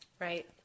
Right